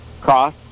cross